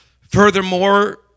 Furthermore